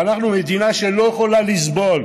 ואנחנו מדינה שלא יכולה לסבול,